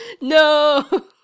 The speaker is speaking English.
No